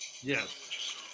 Yes